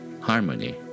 Harmony